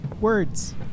words